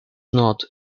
not